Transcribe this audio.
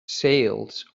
sales